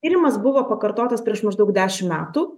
tyrimas buvo pakartotas prieš maždaug dešim metų